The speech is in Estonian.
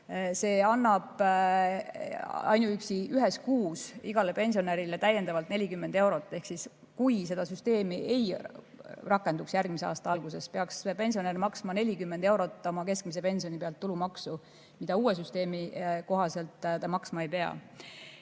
See annab ainuüksi ühes kuus igale pensionärile täiendavalt 40 eurot. Kui see süsteemi ei rakenduks järgmise aasta algusest, peaksid pensionärid maksma 40 eurot oma keskmise pensioni pealt tulumaksu, mida uue süsteemi kohaselt maksma ei pea.